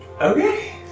Okay